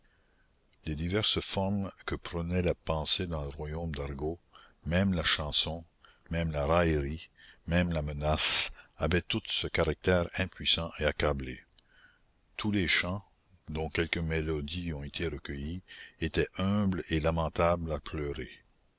les diverses formes que prenait la pensée dans le royaume d'argot même la chanson même la raillerie même la menace avaient toutes ce caractère impuissant et accablé tous les chants dont quelques mélodies ont été recueillies étaient humbles et lamentables à pleurer